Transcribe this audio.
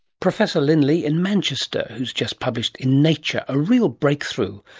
professor lin li in manchester who has just published in nature, a real breakthrough,